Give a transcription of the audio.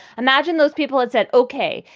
imagine those people it's at. ok,